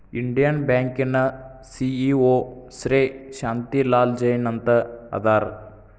Indian ಬ್ಯಾಂಕಿನ CEO Shri Shanti Lal Jain ಅಂತ ಅದಾರ